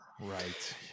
Right